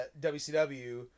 WCW